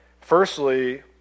Firstly